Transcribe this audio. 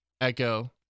Echo